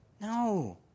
No